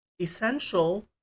essential